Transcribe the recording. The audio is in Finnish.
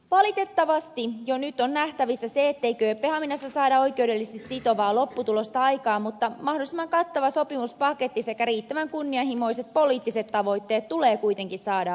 valitettavasti jo nyt on nähtävissä se ettei kööpenhaminassa saada oikeudellisesti sitovaa lopputulosta aikaan mutta mahdollisimman kattava sopimuspaketti sekä riittävän kunnianhimoiset poliittiset tavoitteet tulee kuitenkin saada aikaan